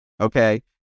Okay